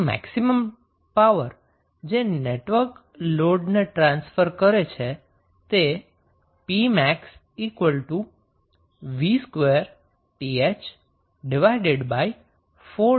maximum power જે network લોડને transfer કરે છે તે pmax VTh24RTh હશે